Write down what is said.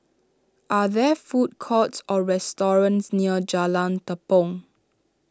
are there food courts or restaurants near Jalan Tepong